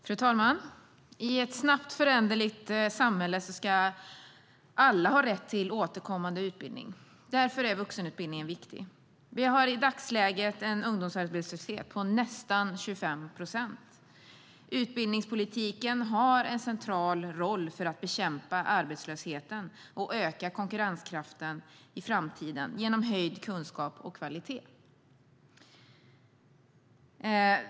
Fru talman! I ett snabbt föränderligt samhälle ska alla ha rätt till återkommande utbildning. Därför är vuxenutbildningen viktig. Vi har i dagsläget en ungdomsarbetslöshet på nästan 25 procent. Utbildningspolitiken har en central roll för att bekämpa arbetslösheten och öka konkurrenskraften i framtiden genom höjd kunskap och kvalitet.